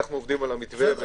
אנחנו עובדים על המתווה.